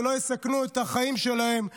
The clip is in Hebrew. שלא יסכנו את החיים שלהם,